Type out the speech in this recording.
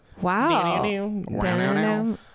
Wow